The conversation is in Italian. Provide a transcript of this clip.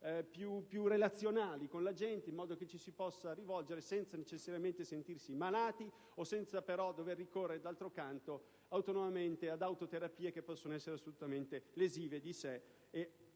più relazionali con la gente, in modo che chi ne avverte il bisogno possa avere un riferimento senza necessariamente sentirsi malato o senza dover ricorrere d'altro canto autonomamente ad autoterapie che possono essere assolutamente lesive di sé e